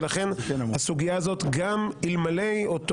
ולכן, גם אלמלא אותו